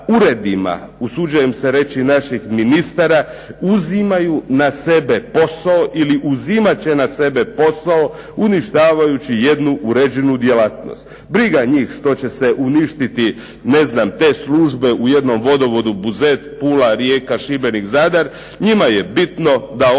usuđujem se reći sa našim ministrima, uzimaju na sebe posao ili će uzimati na sebe posao uništavajući jednu uređenu djelatnost. Briga njih što će se uništiti te službi u jednom vodovodu Buzet, Pula, Rijeka, Šibenik Zadar, njima je bitno da oni